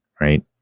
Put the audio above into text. right